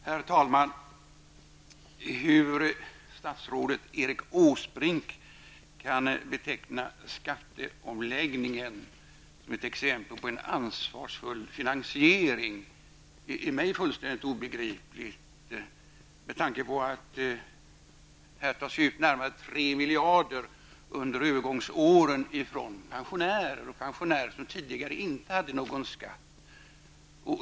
Herr talman! Hur statsrådet Erik Åsbrink kan beteckna skatteomläggningen som ett exempel på en ansvarsfull finansiering är mig fullständigt obegripligt med tanke på att det här tas ut närmare 3 miljarder under övergångsåren från pensionärer som tidigare inte hade någon skatt.